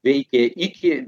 veikė iki